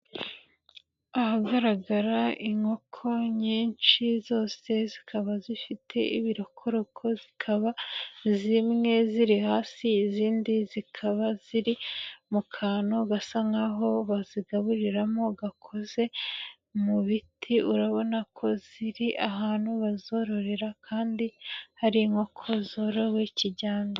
Ahagaragara inkoko nyinshi zose zikaba zifite ibirokoroko zikaba zimwe ziri hasi izindi zikaba ziri mu kantu gasa nk'aho bazigaburiramo gakoze mu biti, urabona ko ziri ahantu bazororera kandi hari inkoko zorowe kijyambere.